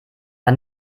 war